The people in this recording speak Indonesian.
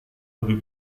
lebih